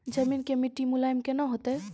जमीन के मिट्टी मुलायम केना होतै?